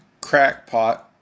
crackpot